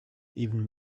even